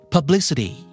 Publicity